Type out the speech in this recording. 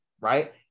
Right